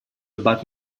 about